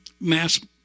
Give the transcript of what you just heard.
mass